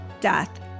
death